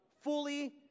fully